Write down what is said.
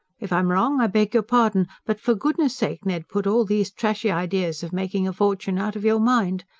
if i'm wrong, i beg your pardon. but for goodness' sake, ned, put all these trashy ideas of making a fortune out of your mind.